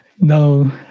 No